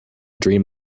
dream